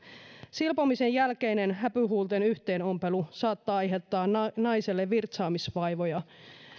silpomisen jälkeinen häpyhuulten yhteenompelu saattaa aiheuttaa naiselle virtaamisvaivoja